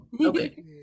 okay